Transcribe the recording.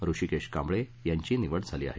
ऋषिकेश कांबळे यांची निवड झाली आहे